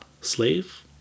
slave